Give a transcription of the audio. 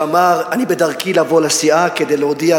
שאמר: אני בדרכי לבוא לסיעה כדי להודיע,